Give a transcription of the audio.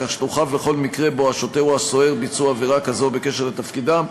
כך שתורחב לכל מקרה שהשוטר או הסוהר ביצעו עבירה כזו בקשר לתפקידם,